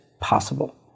possible